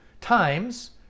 times